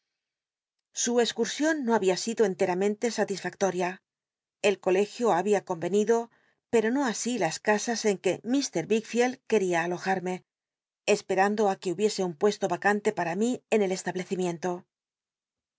su cscursion no había sido enteramente satisfactoria el colegio habin comenido p ci'o no así las casas en que wickficld que alojarme esperando que hubiese un puesto vacante para mí en el